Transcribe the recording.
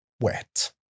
Wet